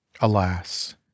alas